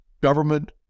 government